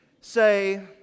say